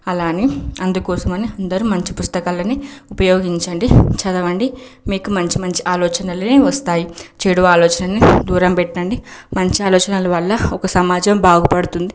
అలా అని అందుకోసమని అందరూ మంచి పుస్తకాలని ఉపయోగించండి చదవండి మీకు మంచి మంచి ఆలోచనలే వస్తాయి చెడు ఆలోచనని దూరం పెట్టండి మంచి ఆలోచనల వల్ల ఒక సమాజం బాగుపడుతుంది